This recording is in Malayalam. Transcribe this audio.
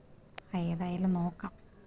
അ ഏതായാലും നോക്കാം